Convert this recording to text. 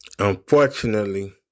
Unfortunately